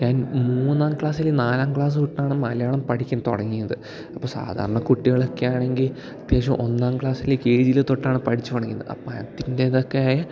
ഞാൻ മൂന്നാം ക്ലാസ്സില് നാലാം ക്ലാസ് തൊട്ടാണ് മലയാളം പഠിക്കാൻ തുടങ്ങിയത് അപ്പോൾ സാധാരണ കുട്ടികളൊക്കെയാണെങ്കിൽ അത്യാവശ്യം ഒന്നാം ക്ലാസ്സില് കെ ജിയില് തൊട്ടാണ് പഠിച്ചു തുടങ്ങിയത് അപ്പം അതിൻ്റെതൊക്കെയായ